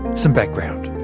some background.